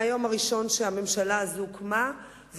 מהיום הראשון שהממשלה הזאת הוקמה,